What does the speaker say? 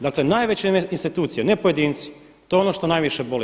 Dakle, najveće institucije, ne pojedinci, to je ono što najviše boli.